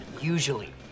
usually